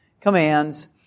commands